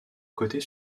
côtés